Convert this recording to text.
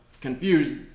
confused